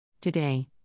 Today